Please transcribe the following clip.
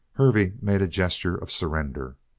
hervey made a gesture of surrender.